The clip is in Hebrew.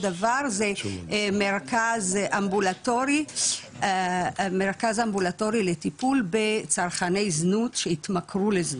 דבר זה מרכז אמבולטורי לטיפול בצרכני זנות שהתמכרו לזנות,